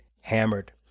hammered